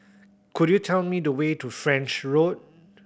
could you tell me the way to French Road